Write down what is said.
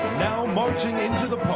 now marching into the